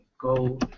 Go